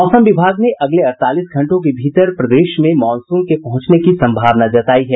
मौसम विभाग ने अगले अड़तालीस घंटों के भीतर प्रदेश में मॉनसून के पहुंचने की सम्भावना जतायी है